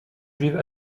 juive